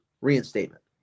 reinstatement